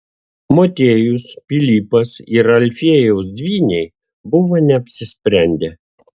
motiejus pilypas ir alfiejaus dvyniai buvo neapsisprendę